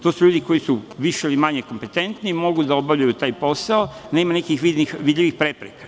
To su ljudi koji su više ili manje kompetentni, mogu da obavljaju taj posao, nema nekih vidljivih prepreka.